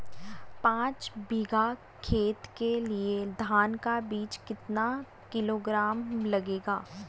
पाँच बीघा खेत के लिये धान का बीज कितना किलोग्राम लगेगा?